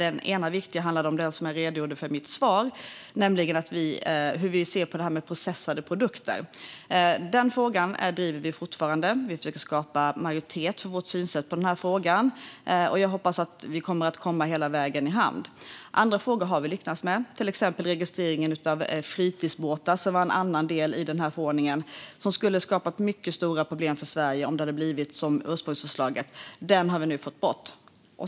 En av dem handlar om det som jag redogjorde för i mitt svar, nämligen hur vi ser på processade produkter. Den frågan driver vi fortfarande. Vi försöker att skapa majoritet för vårt synsätt i denna fråga, och jag hoppas att vi kommer hela vägen i hamn. Andra frågor har vi lyckats med, till exempel registreringen av fritidsbåtar, som var en annan del i denna förordning som skulle ha skapat mycket stora problem för Sverige om det hade blivit som i ursprungsförslaget. Den har vi nu fått bort.